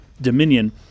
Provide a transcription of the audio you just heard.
Dominion